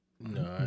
No